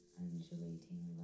undulating